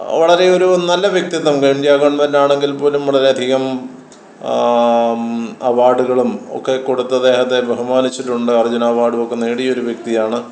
വളരെ ഒരു നല്ല വ്യക്തിത്വം ഇന്ത്യാ ഗെവണ്മെൻറ്റാണെങ്കിൽപ്പോലും വളരെയധികം അവാഡുകളും ഒക്കെ കൊടുത്ത് അദ്ദേഹത്തെ ബഹുമാനിച്ചിട്ടുണ്ട് അർജുന അവാർഡുമൊക്കെ നേടിയൊരു വ്യക്തിയാണ്